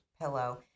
pillow